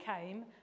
came